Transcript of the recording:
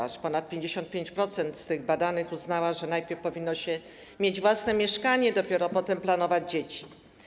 Aż ponad 55% badanych uznało, że najpierw powinno się mieć własne mieszkanie, dopiero potem planować dzieci.